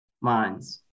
minds